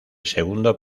segundo